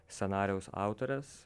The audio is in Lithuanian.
scenarijaus autorės